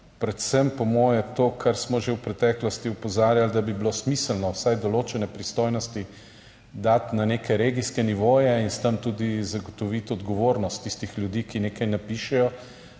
Predvsem po moje to, kar smo že v preteklosti opozarjali, da bi bilo smiselno vsaj določene pristojnosti dati na neke regijske nivoje in s tem tudi zagotoviti odgovornost tistih ljudi, ki nekaj napišejo,